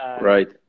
Right